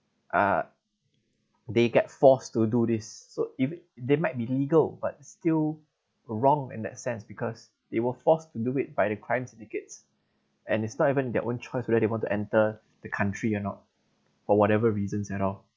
uh they get forced to do this so if they might be legal but still wrong in that sense because they were forced to do it by the crime syndicates and it's not even their own choice whether they want to enter the country or not for whatever reasons at all